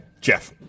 jeff